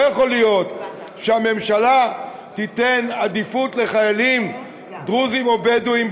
לא יכול להיות שהממשלה תיתן עדיפות לחיילים דרוזים או בדואים,